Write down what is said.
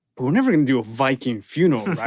we're never gonna do a viking funeral, right?